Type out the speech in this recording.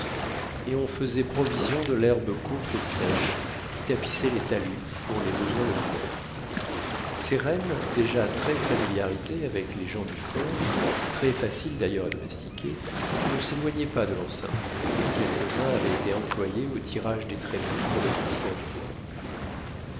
on faisait provision de l'herbe courte et sèche qui tapissait les talus pour les besoins de l'hiver ces rennes déjà